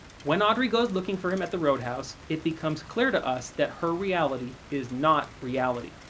when audrey goes looking for him at the roadhouse, it becomes clear to us that her reality is not reality.